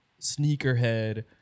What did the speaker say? sneakerhead